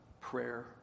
prayer